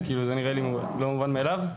וזה נראה לי לא מובן מאליו.